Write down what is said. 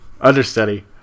Understudy